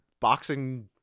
boxing